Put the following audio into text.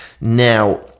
now